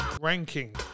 ranking